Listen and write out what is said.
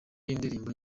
y’indirimbo